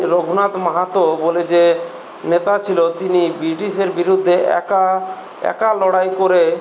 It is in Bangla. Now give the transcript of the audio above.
রঘুনাথ মাহাতো বলে যে নেতা ছিল তিনি ব্রিটিশের বিরুদ্ধে একা একা লড়াই করে